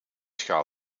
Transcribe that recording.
schaal